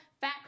fat